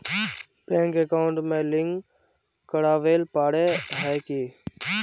Bank account में link करावेल पारे है की?